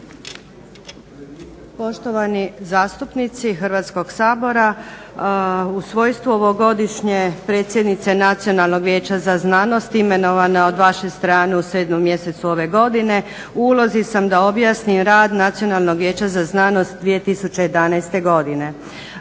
Poštovani zastupnici Hrvatskog sabora, u svojstvu ovogodišnje predsjednice Nacionalnog vijeća za znanost imenovana od vaše strane u sedmom mjesecu ove godine u ulozi sam da objasnim rad Nacionalnog vijeća za znanost 2011. godine.